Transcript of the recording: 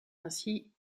ainsi